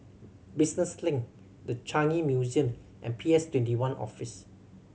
Business Link The Changi Museum and P S Twenty one Office